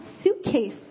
suitcase